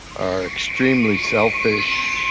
are extremely selfish,